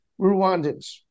Rwandans